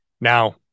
Now